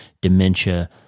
dementia